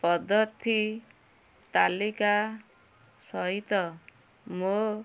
ପଦ୍ଧତି ତାଲିକା ସହିତ ମୋ